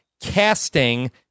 casting